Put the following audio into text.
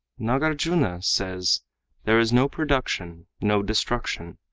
nagarjuna says there is no production, no destruction,